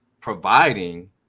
providing